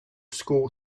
score